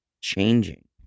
changing